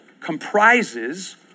comprises